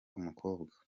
umukobwa